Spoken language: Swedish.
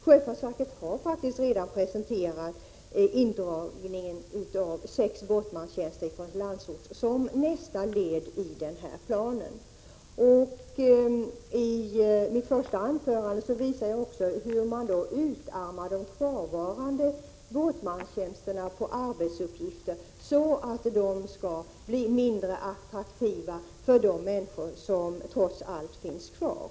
Sjöfartsverket har faktiskt redan presenterat indragningen av sex båtsmanstjänster som nästa led i den här planen. I mitt första anförande visade jag på hur man på det sättet utarmar de kvarvarande båtsmanstjänsterna på arbetsuppgifter så att de blir mindre attraktiva för de människor som trots allt finns kvar.